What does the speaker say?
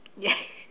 yes